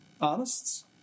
artists